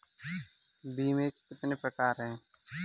बीमे के कितने प्रकार हैं?